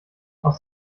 aus